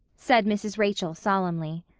said mrs. rachel solemnly.